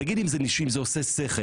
תגיד אם זה עושה שכל,